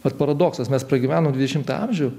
bet paradoksas mes pragyvenom dvidešimtą amžių